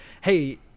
hey